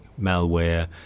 malware